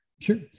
Sure